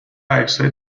عکسهای